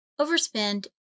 overspend